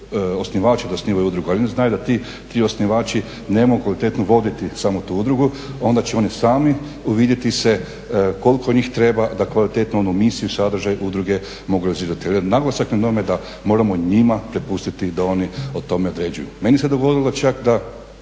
da osnivaju udruge, ali oni znaju da ti osnivači ne mogu kvalitetno voditi samo tu udrugu onda će oni sami uvjeriti se koliko njih treba da kvalitetnu onu misiju, sadržaj udruge mogu realizirati. Jel je naglasak na tome da moramo njima prepustiti da oni o tome određuju.